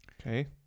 Okay